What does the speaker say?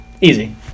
easy